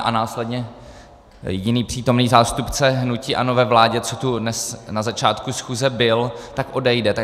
A následně jiný přítomný zástupce hnutí ANO ve vládě, co tu dnes na začátku schůze byl, odejde.